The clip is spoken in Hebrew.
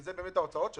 כי זה באמת ההוצאות שלו.